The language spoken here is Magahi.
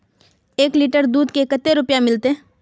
एक लीटर दूध के कते रुपया मिलते?